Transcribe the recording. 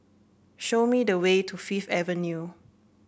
show me the way to Fifth Avenue